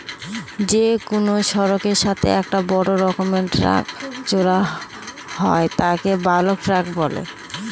যে কোনো সড়কের সাথে একটা বড় রকমের ট্যাংক জোড়া হয় তাকে বালক ট্যাঁক বলে